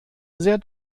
sehr